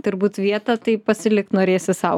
turbūt vietą tai pasilikt norėsi sau